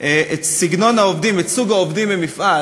את סגנון העובדים, את סוג העובדים במפעל,